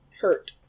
hurt